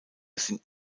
sind